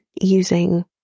using